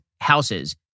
houses